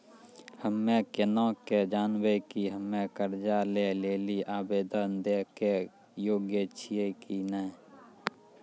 हम्मे केना के जानबै कि हम्मे कर्जा लै लेली आवेदन दै के योग्य छियै कि नै?